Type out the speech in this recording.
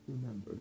Remember